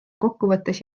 kokkuvõttes